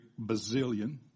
Bazillion